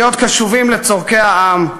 להיות קשובים לצורכי העם,